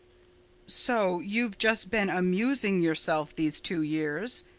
so you've just been amusing yourself these two years?